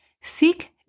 seek